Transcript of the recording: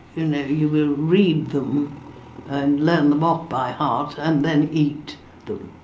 you know, you will read them and learn them off by heart and then eat them